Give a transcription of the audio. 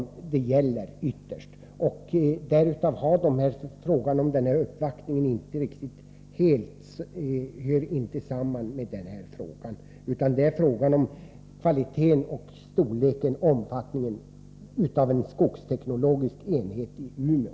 Därför hör denna uppvaktning inte riktigt samman med den här frågan, som handlar om kvaliteten på och omfattningen av en skogsteknologisk enhet i Umeå.